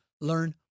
learn